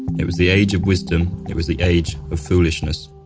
it was the age of wisdom, it was the age of foolishness.